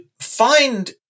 find